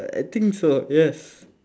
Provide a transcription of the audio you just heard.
uh I think so yes